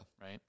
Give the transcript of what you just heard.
right